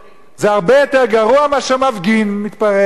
והרבה יותר גרוע מאשר מפגין מתפרע.